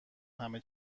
همه